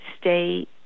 stay